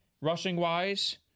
Rushing-wise